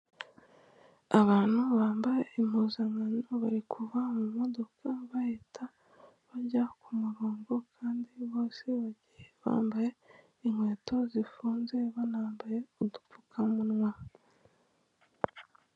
Abantu bambaye impuzankano bari kuva mu modoka bahita bajya ku murongo kandi bose bagiye bambaye inkweto zifunze banambaye udupfukamunwa.